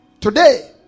Today